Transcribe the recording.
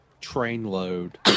trainload